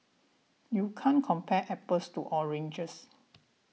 you can't compare apples to oranges